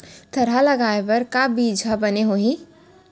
थरहा लगाए बर का बीज हा बने होही?